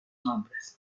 nombres